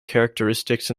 characteristics